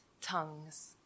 tongues